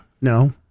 no